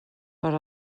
per